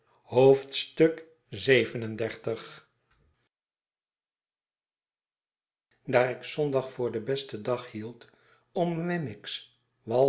xxxvii daar ik zondag voor den besten dag hield om